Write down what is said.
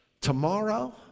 tomorrow